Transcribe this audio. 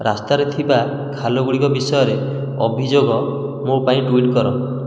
ରାସ୍ତାରେ ଥିବା ଖାଲ ଗୁଡ଼ିକ ବିଷୟରେ ଅଭିଯୋଗ ମୋ ପାଇଁ ଟ୍ୱିଟ୍ କର